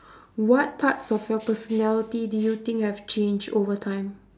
what parts of your personality do you think have changed over time